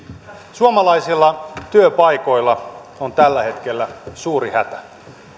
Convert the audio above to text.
suomalaisilla työpaikoilla on tällä hetkellä suuri hätä